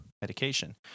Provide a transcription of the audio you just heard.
medication